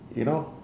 you know